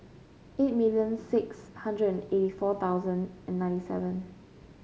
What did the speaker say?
eight million six hundred and eighty four thousand and ninety seven